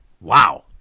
Wow